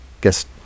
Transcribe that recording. guess